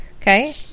Okay